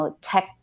tech